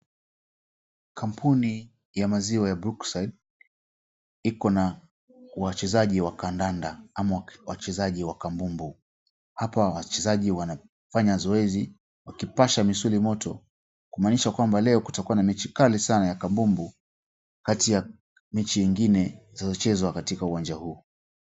Kampuni ya maziwa ya brookside iko na wachezaji wa kandanda ama wachezaji wa kandondo. Hapa wachezaji wanafanya zoezi wakipasha misuli moto kumaanisha kwamba leo kutakua na mechi kali sana ya kandondo. Kati ya mechi nyingine zitakazochezwa katika uwanja huu.